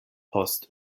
post